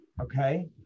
okay